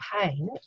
pain